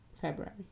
February